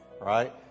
right